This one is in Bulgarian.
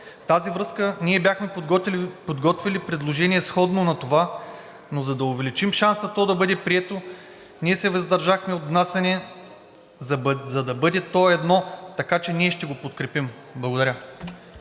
тази връзка ние бяхме подготвили предложение, сходно на това, но за да увеличим шанса то да бъде прието, ние се въздържахме от внасяне, за да бъде то едно. Така че ние ще го подкрепим. Благодаря.